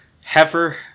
Heifer